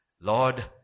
Lord